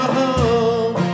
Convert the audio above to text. home